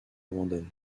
abandonne